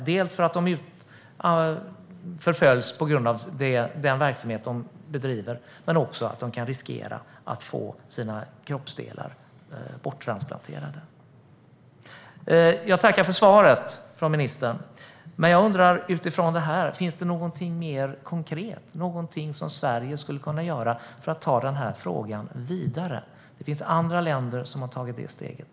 De är inte bara rädda eftersom de förföljs på grund av den verksamhet de bedriver utan även eftersom de kan riskera att få sina kroppsdelar borttransplanterade. Jag tackar ministern för svaret, men utifrån detta undrar jag om det finns någonting mer konkret som Sverige skulle kunna göra för att ta frågan vidare. Det finns andra länder som har tagit det steget.